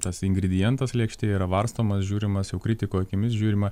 tas ingredientas lėkštėje yra varstomas žiūrimas jau kritiko akimis žiūrima